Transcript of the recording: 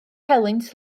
helynt